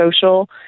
social